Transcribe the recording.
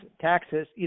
taxes